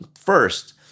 first